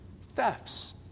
thefts